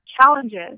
challenges